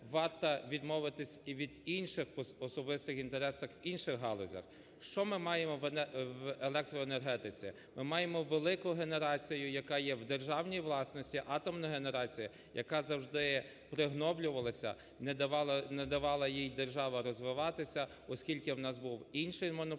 варто відмовитись і від інших особистих інтересів в інших галузях. Що ми маємо в електроенергетиці? Ми маємо велику генерацію, яка є в державний власності, атомна генерація, яка завжди пригноблювалася, не давала їй держава розвиватися, оскільки у нас був інший монополіст